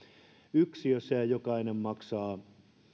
yksiössä ja jokainen maksaa